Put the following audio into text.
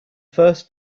first